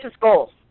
goals